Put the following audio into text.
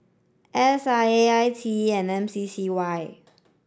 S I A I T E and M C C Y